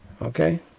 Okay